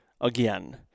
again